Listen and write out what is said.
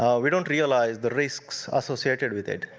ah we don't realize the risks associated with it.